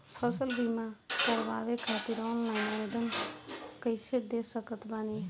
फसल बीमा करवाए खातिर ऑनलाइन आवेदन कइसे दे सकत बानी?